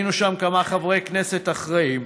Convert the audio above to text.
היינו שם כמה חברי כנסת אחראיים,